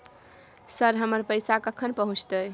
Sir, हमर पैसा कखन पहुंचतै?